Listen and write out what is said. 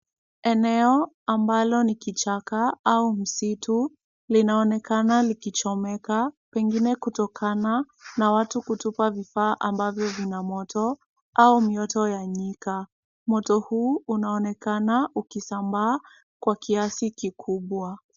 Eneo ambalo ni kichaka au msitu, linaonekana likichomeka pengine kutokana na watu kutupa vifaa ambavyo vina moto au mioto wa Nyika. Moto huu unaonekana ukisambaa kwa kiasi kikubwa.